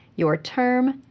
your term,